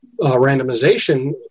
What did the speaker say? randomization